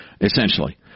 essentially